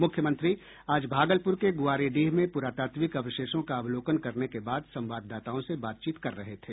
मुख्यमंत्री आज भागलपुर के गुआरीडीह में पुरातात्विक अवशेषों का अवलोकन करने के बाद संवाददाताओं से बातचीत कर रहे थे